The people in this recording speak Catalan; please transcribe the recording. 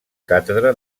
càtedra